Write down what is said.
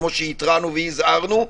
כמו שהתרענו והזהרנו,